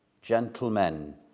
Gentlemen